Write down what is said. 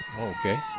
Okay